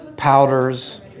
Powders